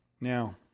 Now